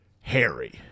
harry